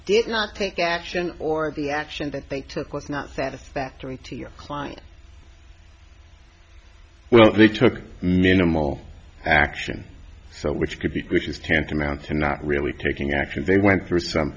did not take action or the action that they took was not satisfactory to your client well they took minimal action which could be bush's tantamount to not really taking action they went through some